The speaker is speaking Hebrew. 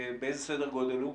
באיזה סדר גודל הוא?